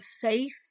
safe